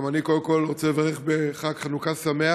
גם אני קודם כול רוצה לברך בחג חנוכה שמח,